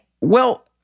Well-